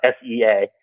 SEA